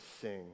sing